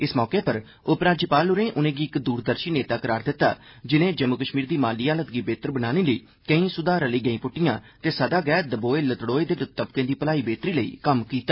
इस मौके उप्पर उपराज्यपाल होरें उनें'गी इक दूरदर्शी नेता करार दिता जिनें जम्मू कश्मीर दी माली हालत गी बेहतर बनाने ले केईं सुधार आहली गैहीं पुट्टियां ते सदा गै दबोए लतड़ोए दे तबकें दी भला बेहतरी ले कम्म कीता